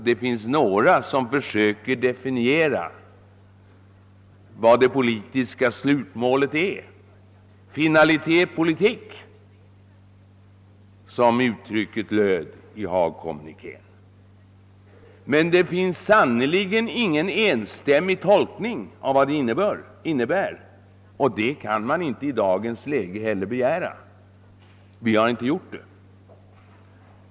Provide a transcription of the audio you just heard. Det finns några som försöker definiera det politiska slutmålet — finalité politique, som uttrycket löd i Haagkommunikén. Men det finns sannerligen ingen enstämmig tolkning av vad det innebär, och det kan man väl inte heller begära i dagens läge. Vi har inte gjort det.